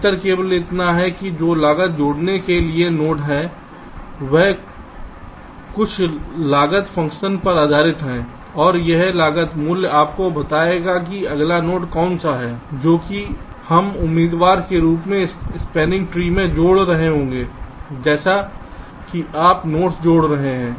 अंतर केवल इतना है कि जो लागत जोड़ने के लिए नोड है वह कुछ लागत फ़ंक्शन पर आधारित है और यह लागत मूल्य आपको बताएगा कि अगला नोड कौन सा है जो कि हम उम्मीदवार के रूप में स्पैनिंग ट्री में शामिल होगा जैसा कि आप नोड्स जोड़ रहे हैं